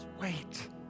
Wait